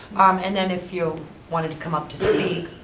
and then if you wanted to come up to speak.